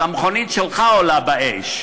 אז המכונית שלך עולה באש.